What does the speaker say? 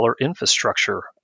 infrastructure